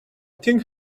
think